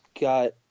got